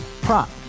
Prop